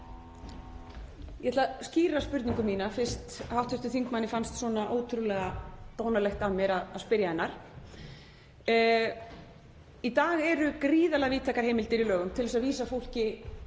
Ég ætla að skýra spurningu mína fyrst hv. þingmanni fannst svona ótrúlega dónalegt af mér að spyrja hennar. Í dag eru gríðarlega víðtækar heimildir í lögum til að vísa fólki